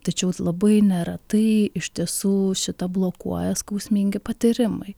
tačiau labai neretai iš tiesų šitą blokuoja skausmingi patyrimai